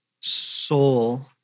soul